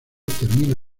termina